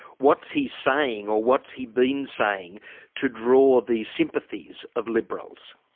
what's he saying or what's he been saying to draw the sympathies of liberals?